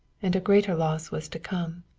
and a greater loss was to come.